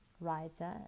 writer